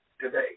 today